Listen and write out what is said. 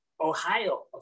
Ohio